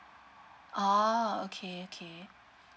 oh okay okay